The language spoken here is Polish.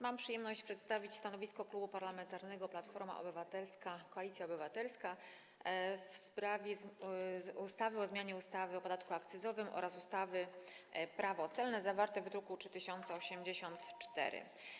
Mam przyjemność przedstawić stanowisko Klubu Parlamentarnego Platforma Obywatelska - Koalicja Obywatelska w sprawie projektu ustawy zmieniającej ustawę o zmianie ustawy o podatku akcyzowym oraz ustawy Prawo celne, zawartego w druku nr 3084.